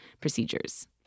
procedures